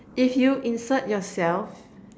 if you insert yourself